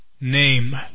name